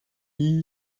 wie